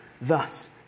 Thus